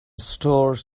store